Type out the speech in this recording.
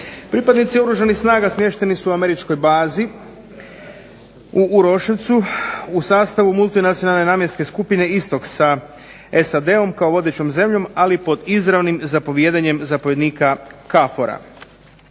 Pripadnici Oružanih snaga smješteni su u američkoj bazi u Uroševcu u sastavu multinacionalne namjenske skupine istok sa SAD-om kao vodećom zemljom, ali pod izravnim zapovijedanjem zapovjednika KFOR-a.